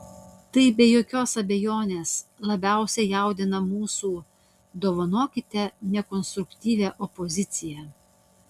tai be jokios abejonės labiausiai jaudina mūsų dovanokite nekonstruktyvią opoziciją